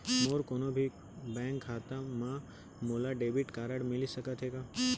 मोर कोनो भी बैंक खाता मा मोला डेबिट कारड मिलिस सकत हे का?